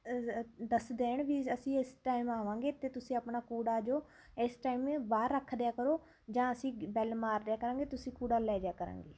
ਦੱਸ ਦੇਣ ਵੀ ਅਸੀਂ ਇਸ ਟਾਈਮ ਆਵਾਂਗੇ ਅਤੇ ਤੁਸੀਂ ਆਪਣਾ ਕੂੜਾ ਜੋ ਇਸ ਟਾਈਮ ਬਾਹਰ ਰੱਖ ਦਿਆ ਕਰੋ ਜਾਂ ਅਸੀਂ ਬੈੱਲ ਮਾਰ ਦਿਆ ਕਰਾਂਗੇ ਤੁਸੀਂ ਕੂੜਾ ਲੈ ਜਿਆ ਕਰਾਂਗੇ